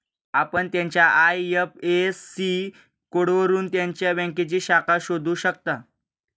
आपण त्याच्या आय.एफ.एस.सी कोडवरून त्याच्या बँकेची शाखा शोधू शकता